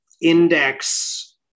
index